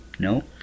No